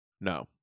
No